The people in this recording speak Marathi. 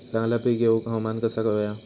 चांगला पीक येऊक हवामान कसा होया?